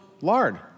lard